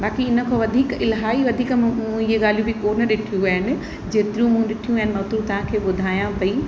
बाक़ी इन खां वधीक इलाहीं वधीक मूं इहे ॻाल्हियूं बि कोन्ह ॾिठियूं आहिनि जेतिरियूं मूं ॾिठियूं आहिनि मां ओतिरियूं तव्हांखे ॿुधायां पई